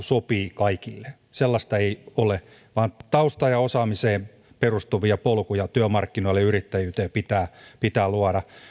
sopii kaikille sellaista ei ole vaan taustaan ja osaamiseen perustuvia polkuja työmarkkinoille ja yrittäjyyteen pitää pitää luoda